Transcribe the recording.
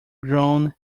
grown